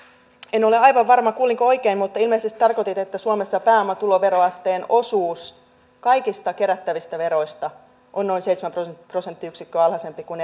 en ole aivan varma kuulinko oikein mutta ilmeisesti tarkoititte että suomessa pääomatuloveroasteen osuus kaikista kerättävistä veroista on noin seitsemän prosenttiyksikköä alhaisempi kuin